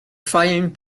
frying